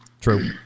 True